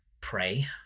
pray